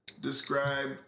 describe